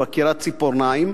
הוא עקירת ציפורניים,